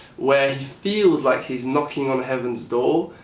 where he feels like he's knockin on heaven's door,